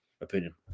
opinion